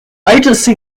agency